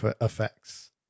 effects